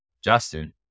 Justin